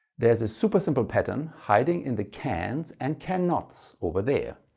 there's a super simple pattern hiding in the cans and cannot over there.